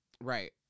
Right